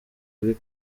kuri